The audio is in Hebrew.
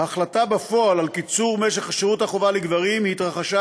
ההחלטה בפועל על קיצור משך שירות החובה לגברים התרחשה